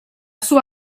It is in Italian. sua